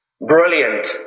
Brilliant